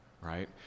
right